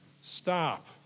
stop